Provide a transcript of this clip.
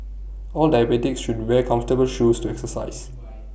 all diabetics should wear comfortable shoes to exercise